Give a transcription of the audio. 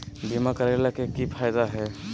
बीमा करैला के की फायदा है?